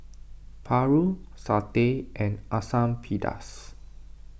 Paru Satay and Asam Pedas